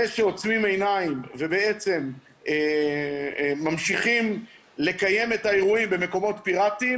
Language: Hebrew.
זה שעוצמים עיניים ובעצם ממשיכים לקיים את האירועים במקומות פיראטיים